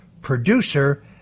producer